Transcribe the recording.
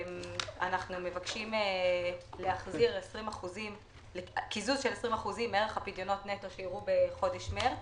אנחנו מבקשים להחזיר קיזוז של 20% מערך הפדיונות נטו שאירעו בחודש מרץ